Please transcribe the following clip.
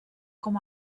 com